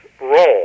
role